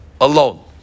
alone